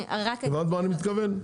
הבנת למה אני מתכוון?